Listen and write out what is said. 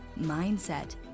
mindset